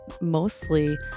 mostly